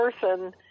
person